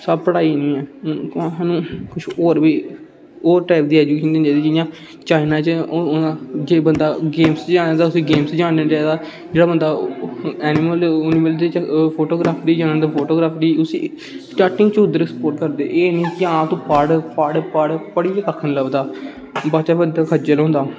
सब पढ़ाई नी ऐ कुछ और बी होर टाइप दी एजुकेशन होनी चाइदी जियां चाइना च जे बंदा गेम्स च जाना चाहंदा उसी गेम्स च जान देना चाहिदा जेह्ड़ा बंदा एनीमल उनिमल च फोटोग्राफरी च जाना चाहंदा फोटोग्राफरी च उसी स्टार्टिंग च उद्धर स्पोर्ट करदे एह् नी कि आं तूं पढ़ पढ़ पढ़ पढ़ियै कक्ख नी लब्भदा बाद चा बंदा खज्जल होंदा